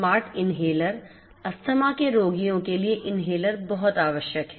smart inhaler asthma के रोगियों के लिए इनहेलर बहुत आवश्यक है